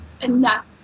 enough